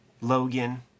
Logan